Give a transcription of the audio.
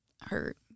hurt